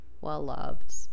well-loved